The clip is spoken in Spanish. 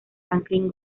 franklin